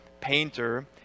painter